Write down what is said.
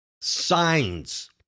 signs